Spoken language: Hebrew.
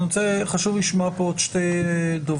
חשוב לי לשמוע עוד שתי דוברות.